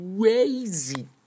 crazy